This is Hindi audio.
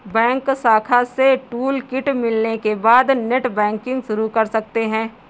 बैंक शाखा से टूलकिट मिलने के बाद नेटबैंकिंग शुरू कर सकते है